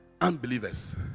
unbelievers